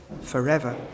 forever